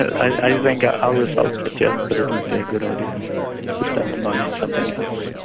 i think our results suggest that it would be a good idea to spend the money on something else.